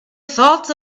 thought